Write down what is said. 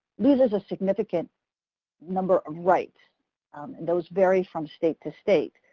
loses a significant number of rights, and those vary from state to state.